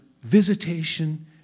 visitation